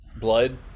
blood